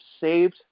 saved